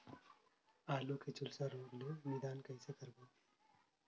आलू के झुलसा रोग ले निदान कइसे करबो?